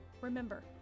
Remember